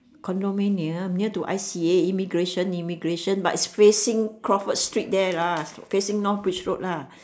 condominium near to I_C_A immigration immigration but it's facing crawford street there lah facing north bridge road lah